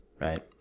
right